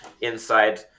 inside